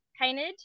painted